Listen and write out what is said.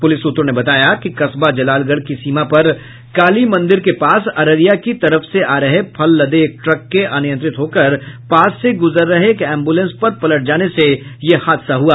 police सूत्रों ने बताया कि कसबा जलालगढ़ की सीमा पर काली मंदिर के निकट अररिया की तरफ आ रहे फल लदे एक ट्रक के अनियंत्रित होकर पास से गुजर रहे एक एम्ब्रेलेंस पर पलट जाने से ये हादसा हुआ